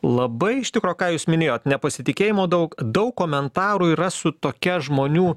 labai iš tikro ką jūs minėjot nepasitikėjimo daug daug komentarų yra su tokia žmonių